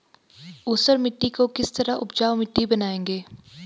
ऊसर मिट्टी को किस तरह उपजाऊ मिट्टी बनाएंगे?